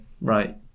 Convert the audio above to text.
right